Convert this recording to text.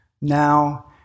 now